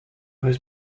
was